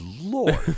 Lord